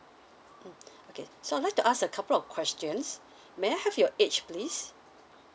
mm okay so I would like to ask a couple of questions may I have your age please